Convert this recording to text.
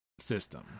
system